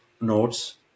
nodes